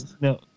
No